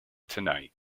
tonight